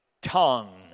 tongue